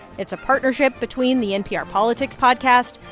it's a partnership between the npr politics podcast,